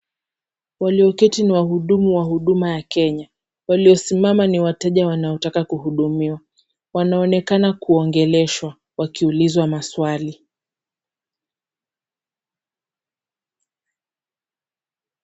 Walioketi ni wahudumu wa huduma ya Kenya. Waliosimama ni wateja wanaotaka kuhudumiwa. Wanaoenekana kuongeleshwa wakiulizwa maswali .